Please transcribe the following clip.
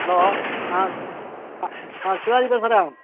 hello நான் அ நான் சிவாஜி பேசுகிறேன்